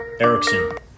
Erickson